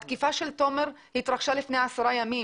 התקיפה של תומר התרחשה לפני עשרה ימים.